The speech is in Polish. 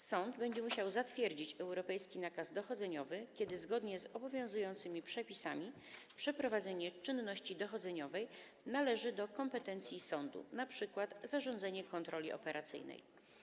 Sąd będzie musiał zatwierdzić europejski nakaz dochodzeniowy, kiedy zgodnie z obowiązującymi przepisami przeprowadzenie czynności dochodzeniowej należeć będzie do kompetencji sądu, chodzi np. o zarządzenie kontroli operacyjnej.